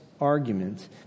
argument